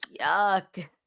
yuck